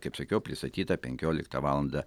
kaip sakiau pristatyta penkioliktą valandą